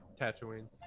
Tatooine